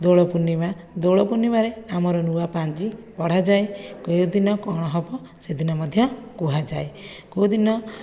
ଦୋଳପୂର୍ଣ୍ଣିମା ଦୋଳପୂର୍ଣ୍ଣିମା ରେ ଆମର ନୂଆ ପାଞ୍ଜି ପଢ଼ାଯାଏ କେଉଁଦିନ କଣ ହବ ସେଦିନ ମଧ୍ୟ କୁହାଯାଏ କେଉଁଦିନ